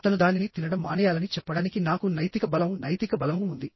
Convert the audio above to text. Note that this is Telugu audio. అతను దానిని తినడం మానేయాలని చెప్పడానికి నాకు నైతిక బలం నైతిక బలం ఉంది